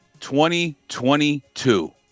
2022